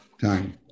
time